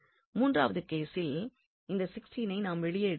மூன்றவது கேசில் இந்த 16 ஐ நாம் வெளியே எடுக்கிறோம்